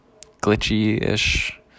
glitchy-ish